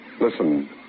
Listen